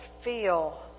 feel